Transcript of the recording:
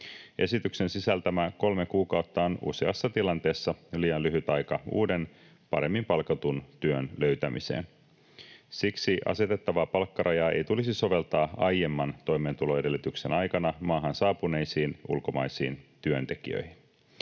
Esityksen sisältämä kolme kuukautta on useassa tilanteessa liian lyhyt aika uuden, paremmin palkatun työn löytämiseen. Siksi asetettavaa palkkarajaa ei tulisi soveltaa aiemman toimeentuloedellytyksen aikana maahan saapuneisiin ulkomaisiin työntekijöihin.